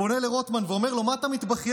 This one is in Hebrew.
פונה לרוטמן ואומר לו: מה אתה מתבכיין,